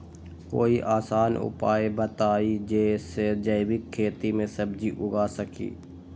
कोई आसान उपाय बताइ जे से जैविक खेती में सब्जी उगा सकीं?